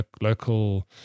local